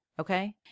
Okay